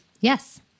yes